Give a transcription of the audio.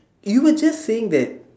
you were just saying that